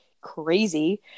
crazy